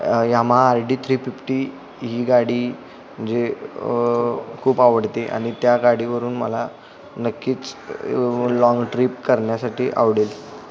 Yamaha R D three fifty ही गाडी म्हणजे खूप आवडते आणि त्या गाडीवरून मला नक्कीच लाँग ट्रीप करण्यासाठी आवडेल